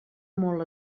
molt